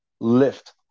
lift